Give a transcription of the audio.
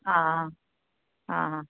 आं हां आं हां